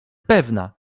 pewna